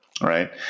right